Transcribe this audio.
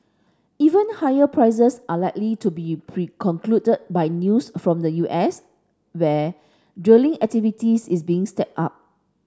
even higher prices are likely to be precluded by news from the U S where drilling activity is being stepped up